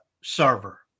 server